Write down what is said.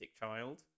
child